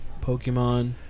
Pokemon